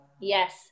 Yes